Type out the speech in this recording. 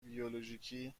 بیولوژیکی